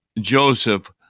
Joseph